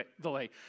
delay